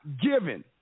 given